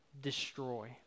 destroy